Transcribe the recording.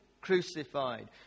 crucified